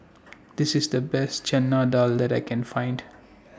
This IS The Best Chana Dal that I Can Find